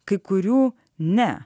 kai kurių ne